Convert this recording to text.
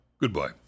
Goodbye